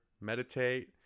meditate